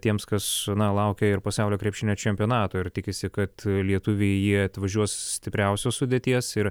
tiems kas na laukia ir pasaulio krepšinio čempionato ir tikisi kad lietuviai į jį atvažiuos stipriausios sudėties ir